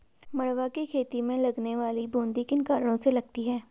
मंडुवे की खेती में लगने वाली बूंदी किन कारणों से लगती है?